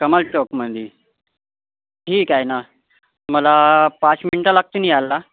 कमाल चौकमध्ये ठीक आहे ना मला पाच मिनटं लागतील यायला